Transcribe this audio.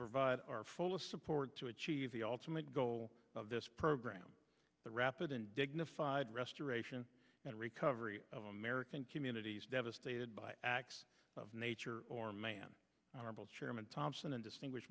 provide our full support to achieve the ultimate goal of this program the rapid and dignified restoration and recovery of american communities devastated by acts of nature or man chairman thompson and distinguish